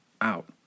out